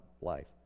life